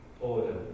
order